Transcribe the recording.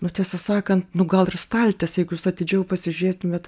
nu tiesą sakant nu gal ir staltiesė jeigu jūs atidžiau pasižiūrėtumėt